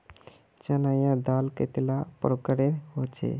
चना या दाल कतेला प्रकारेर होचे?